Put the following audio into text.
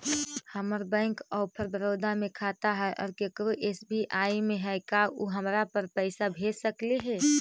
हमर bank of Baroda में खाता है और केकरो एस.बी.आई में है का उ हमरा पर पैसा भेज सकले हे?